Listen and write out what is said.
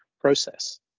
process